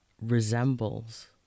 resembles